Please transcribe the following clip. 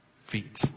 feet